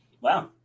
Wow